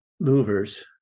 louvers